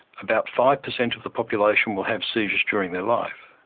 about five percent of the population will have seizures during their life.